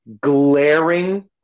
glaring